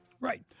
Right